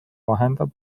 vahendab